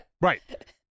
Right